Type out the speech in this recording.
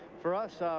for us, ah